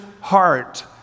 heart